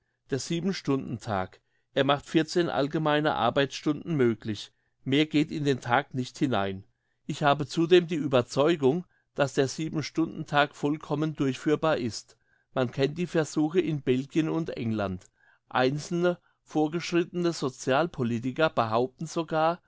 wirken der siebenstundentag er macht vierzehn allgemeine arbeitsstunden möglich mehr geht in den tag nicht hinein ich habe zudem die ueberzeugung dass der siebenstundentag vollkommen durchführbar ist man kennt die versuche in belgien und england einzelne vorgeschrittene socialpolitiker behaupten sogar